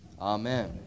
Amen